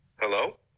Hello